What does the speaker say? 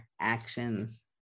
actions